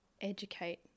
educate